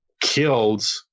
killed